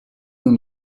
nous